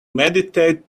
meditate